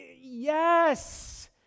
Yes